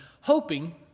hoping